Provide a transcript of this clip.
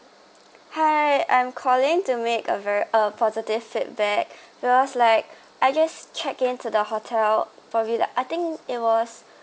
hi I'm calling to make a very uh positive feedback because like I just check in to the hotel for it I think it was